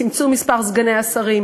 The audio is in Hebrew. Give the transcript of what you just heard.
צמצום מספר סגני השרים,